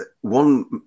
one